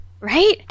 Right